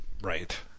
Right